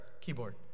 keyboard